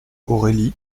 aurélie